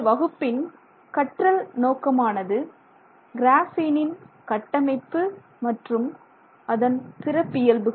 இந்த வகுப்பின் கற்றல் நோக்கமானது கிராஃபீனின் கட்டமைப்பு மற்றும் அதன் சிறப்பியல்புகள்